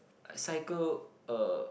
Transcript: I cycle uh